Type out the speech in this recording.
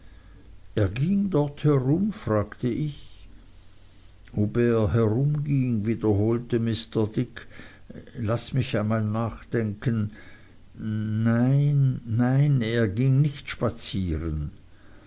ging dort herum fragte ich ob er herumging wiederholte mr dick laß mich einmal nachdenken nnein nein er ging nicht spazieren